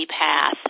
path